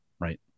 right